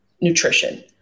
Nutrition